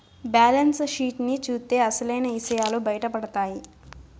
balance sheet ని చూత్తే అసలైన ఇసయాలు బయటపడతాయి